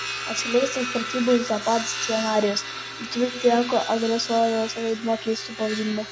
atskleistas pratybų zapad scenarijus lietuvai teko agresorės vaidmuo keistu pavadinimu